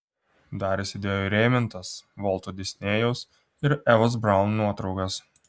dar įsidėjo įrėmintas volto disnėjaus ir evos braun nuotraukas